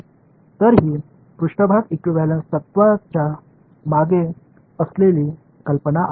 तर ही पृष्ठभाग इक्विव्हॅलेंस तत्त्वाच्या मागे असलेली कल्पना आहे